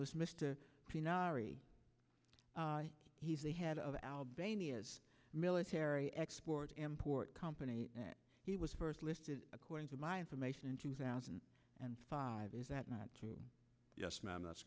was mister he's the head of albania's military export import company that he was first listed according to my information in two thousand and five is that not true yes ma'am that's